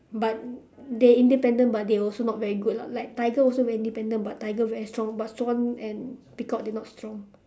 but they independent but they also not very good lah like tiger also very independent but tiger very strong but swan and peacock they not strong